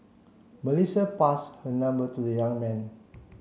Melissa pass her number to the young man